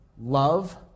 Love